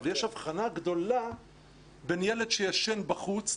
אבל יש הבחנה גדולה בין ילד שישן בחוץ,